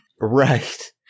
Right